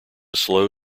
slow